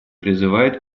призывает